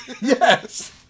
Yes